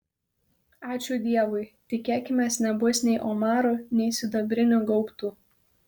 ačiū dievui tikėkimės nebus nei omarų nei sidabrinių gaubtų